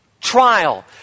Trial